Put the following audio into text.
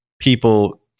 people